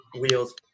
wheels